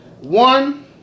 One